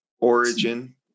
Origin